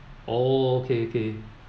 oh okay okay